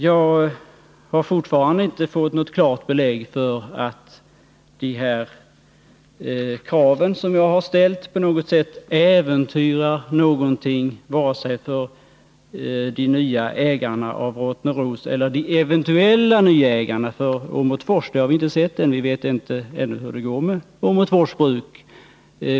Jag har fortfarande inte fått något klart belägg för att de krav som jag har ställt skulle äventyra någonting vare sig för de nya ägarna till Rottneros eller för de eventuella nya ägarna till Åmotfors. Vi vet ännu inte hur det går med Åmotfors bruk.